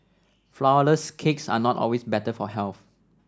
flourless cakes are not always better for health